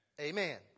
Amen